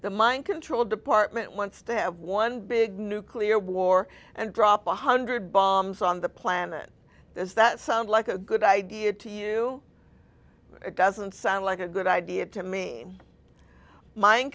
the mind control department once they have one big nuclear war and drop one hundred bombs on the planet is that sound like a good idea to you it doesn't sound like a good idea to me min